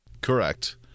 Correct